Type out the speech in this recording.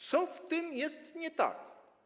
Co w tym jest nie tak?